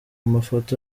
mafoto